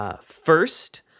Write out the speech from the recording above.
First